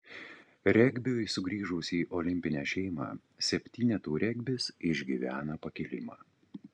regbiui sugrįžus į olimpinę šeimą septynetų regbis išgyvena pakilimą